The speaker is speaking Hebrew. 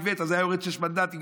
אם איווט היה יורד שישה מנדטים,